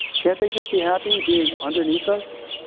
can't they just be happy being underneath us,